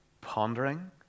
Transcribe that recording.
pondering